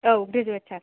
औ ग्रेजुयेत सार